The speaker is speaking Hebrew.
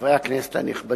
חברי הכנסת הנכבדים,